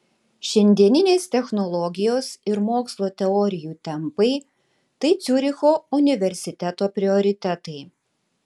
šiandieninės technologijos ir mokslo teorijų tempai tai ciuricho universiteto prioritetai